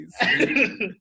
please